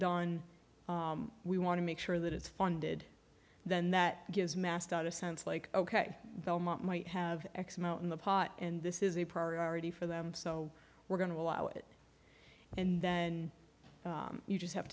done we want to make sure that it's funded then that gives mastitis sense like ok might have x amount in the pot and this is a priority for them so we're going to allow it and then you just have